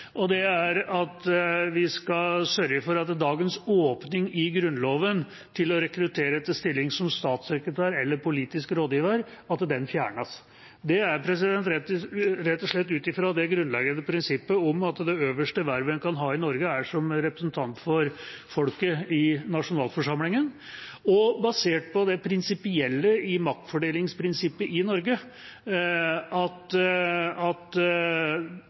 og det er at vi skal sørge for at dagens åpning i Grunnloven for å rekruttere til stilling som statssekretær eller politisk rådgiver fjernes. Det er rett og slett ut fra det grunnleggende prinsippet at det øverste vervet en kan ha i Norge, er som representant for folket i nasjonalforsamlingen, og basert på det prinsipielle i maktfordelingsprinsippet i Norge at